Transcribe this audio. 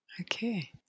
Okay